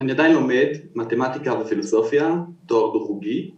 ‫אני עדיין לומד מתמטיקה ופילוסופיה, ‫תואר דו חוגי.